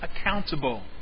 accountable